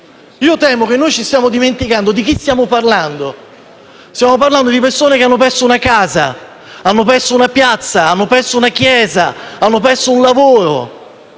Temo che ci stiamo dimenticando di chi stiamo parlando. Stiamo parlando di persone che hanno perso una casa, hanno perso una piazza, una chiesa, un lavoro,